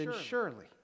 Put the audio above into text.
surely